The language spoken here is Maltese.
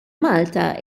malta